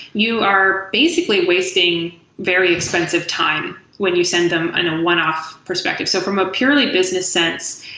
you are basically wasting very expensive time when you send them in a one-off perspective. so from a purely business sense,